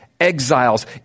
exiles